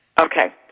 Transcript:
Okay